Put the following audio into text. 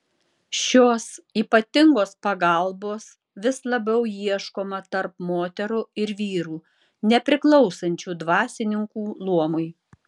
šios ypatingos pagalbos vis labiau ieškoma tarp moterų ir vyrų nepriklausančių dvasininkų luomui